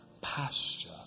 pasture